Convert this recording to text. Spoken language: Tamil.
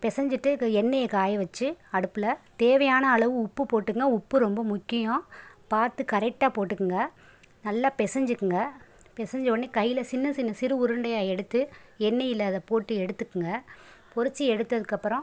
பெசஞ்சுட்டு கு எண்ணைய காய வச்சு அடுப்பில் தேவையான அளவு உப்பு போட்டுக்கோங்க உப்பு ரொம்ப முக்கியம் பார்த்து கரெக்ட்டாக போட்டுக்கோங்க நல்லா பெசஞ்சுக்குங்க பெசஞ்ச உடனே கையில் சின்ன சின்ன சிறு உருண்டையாக எடுத்து எண்ணையில் அதை போட்டு எடுத்துக்கோங்க பொரித்து எடுத்ததுக்கப்புறம்